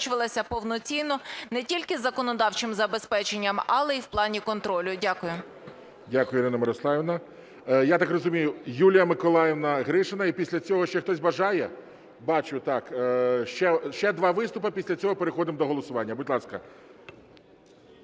забезпечувалася повноцінно не тільки законодавчим забезпеченням, але і в плані контролю. Дякую. ГОЛОВУЮЧИЙ. Дякую, Ірина Мирославівна. Я так розумію, Юлія Миколаївна Гришина, і після цього ще хтось бажає? Бачу, так. Ще два виступи, після цього переходимо до голосування. Будь ласка.